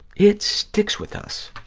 it sticks with us.